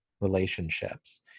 relationships